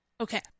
Okay